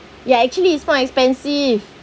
ya actually is quite expensive